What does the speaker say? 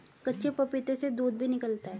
कच्चे पपीते से दूध भी निकलता है